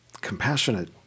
compassionate